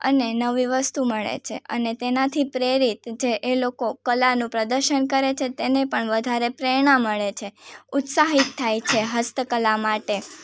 અને નવી વસ્તુ મળે છે અને તેનાથી પ્રેરિત જે એ લોકો કલાનું પ્રદર્શન કરે છે તેને પણ વધારે પ્રેરણા મળે છે ઉત્સાહિત થાય છે હસ્તકલા માટે